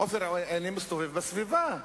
עניינים כאלה ואחרים.